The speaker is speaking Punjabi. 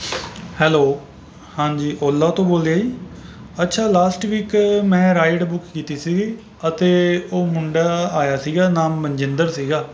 ਹੈਲੋ ਹਾਂਜੀ ਓਲਾ ਤੋਂ ਬੋਲਦੇ ਆ ਜੀ ਅੱਛਾ ਲਾਸਟ ਵੀਕ ਮੈਂ ਰਾਈਡ ਬੁੱਕ ਕੀਤੀ ਸੀਗੀ ਅਤੇ ਉਹ ਮੁੰਡਾ ਆਇਆ ਸੀਗਾ ਨਾਮ ਮਨਜਿੰਦਰ ਸੀਗਾ